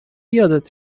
یادت